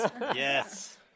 yes